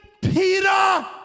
Peter